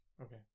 Okay